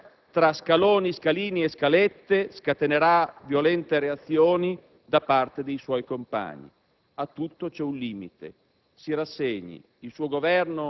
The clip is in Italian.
la riforma pensionistica tra scaloni, scalini e scalette scatenerà violente reazioni da parte dei suoi compagni. A tutto c'è un limite,